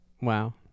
Wow